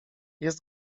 jest